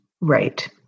Right